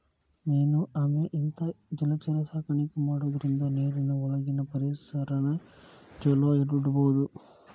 main ಆಮೆ ಇಂತಾ ಜಲಚರ ಸಾಕಾಣಿಕೆ ಮಾಡೋದ್ರಿಂದ ನೇರಿನ ಒಳಗಿನ ಪರಿಸರನ ಚೊಲೋ ಇಡಬೋದು